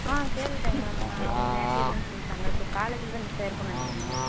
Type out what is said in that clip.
ஆ கேட்டுவிட்டேங்க மேம் அவங்க யார்கிட்டியும் இல்லைன்னு சொல்லிட்டாங்க ஸோ காலேஜில் தான் மிஸ் ஆயிருக்குன்னு நினைக்கிறேன் மேம்